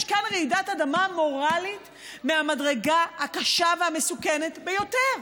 יש כאן רעידת אדמה מורלית מהמדרגה הקשה והמסוכנת ביותר.